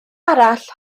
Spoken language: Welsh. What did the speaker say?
arall